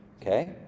okay